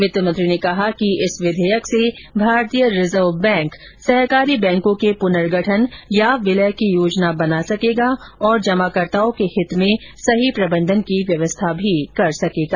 वित्त मंत्री ने कहा कि इस विधेयक से भारतीय रिजर्व बैंक सहकारी बैंकों के पुनर्गठन या विलय की योजना बना सकेगा और जमाकर्ताओं के हित में सही प्रबंधन की व्यवस्था भी कर सकेगा